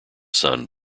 sun